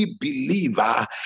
believer